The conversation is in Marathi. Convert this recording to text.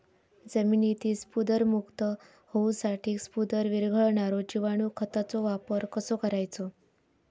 जमिनीतील स्फुदरमुक्त होऊसाठीक स्फुदर वीरघळनारो जिवाणू खताचो वापर कसो करायचो?